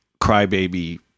crybaby